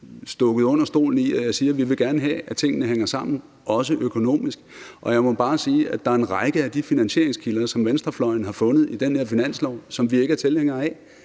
noget under stolen, når jeg siger, at vi gerne vil have, at tingene hænger sammen også økonomisk. Og jeg må bare sige, at der er en række af de finansieringskilder, som venstrefløjen har fundet i den her finanslov, som vi ikke er tilhængere af.